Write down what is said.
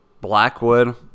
Blackwood